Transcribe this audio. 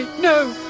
no!